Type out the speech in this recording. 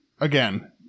again